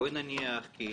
ראינו בדיונים הקודמים